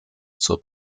zur